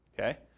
okay